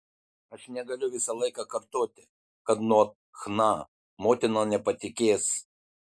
aš negaliu visą laiką kartoti kad nuo chna motina nepatikės